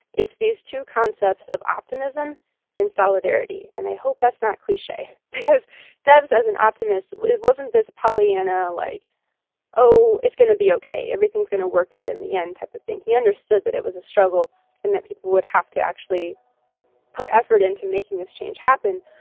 it's these two concepts of optimism and solidarity. and i hope that's not cliche because debs, as an optimist, wasn't this and like oh, it's going to be ok, everything's going to work out in the end type of thing. he understood that it was a struggle and that people would have to actually put effort into making this change happen.